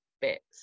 bits